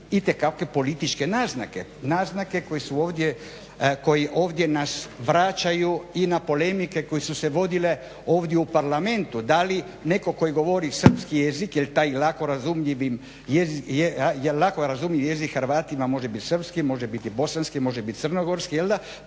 itekakve političke naznake, naznake koje ovdje nas vraćaju i na polemike koje su se vodile ovdje u Parlamentu. Da li netko koji govori srpski jezik jer lako razumljiv jezik Hrvatima može biti srpski, može biti bosanski, može biti crnogorski jel'da,